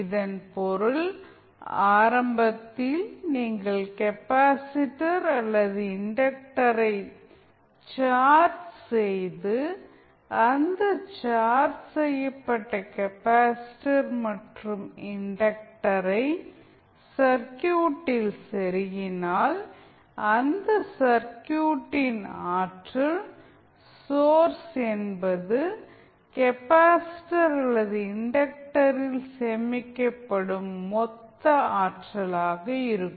இதன் பொருள் ஆரம்பத்தில் நீங்கள் கெப்பாசிட்டர் அல்லது இன்டக்டரை சார்ஜ் செய்து அந்த சார்ஜ் செய்யப்பட்ட கெப்பாசிட்டர் மற்றும் இன்டக்டரை சர்க்யூட்டில் செருகினால் அந்த சர்க்யூட்டின் ஆற்றல் சோர்ஸ் என்பது கெப்பாசிட்டர் அல்லது இன்டக்டரில் சேமிக்கப்படும் மொத்த ஆற்றலாக இருக்கும்